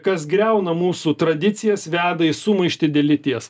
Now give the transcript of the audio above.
kas griauna mūsų tradicijas veda į sumaištį dėl lyties